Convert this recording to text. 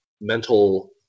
mental